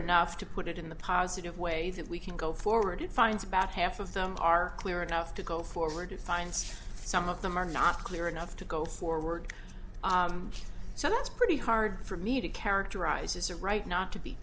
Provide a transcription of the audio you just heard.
enough to put it in the positive way that we can go forward it finds about half of them are clear enough to go forward and find some of them are not clear enough to go forward so that's pretty hard for me to characterize as a right not to be